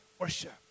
worship